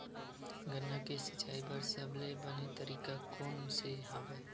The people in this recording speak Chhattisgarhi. गन्ना के सिंचाई बर सबले बने तरीका कोन से हवय?